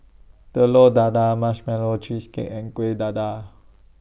Telur Dadah Marshmallow Cheesecake and Kueh Dadar